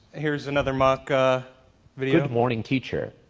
here's another mock ah video. good morning teacher!